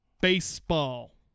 baseball